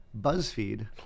BuzzFeed